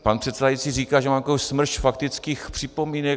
Pan předsedající říkal, že má smršť faktických připomínek.